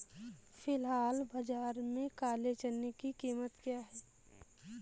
फ़िलहाल बाज़ार में काले चने की कीमत क्या है?